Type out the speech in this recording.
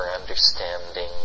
understanding